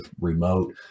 remote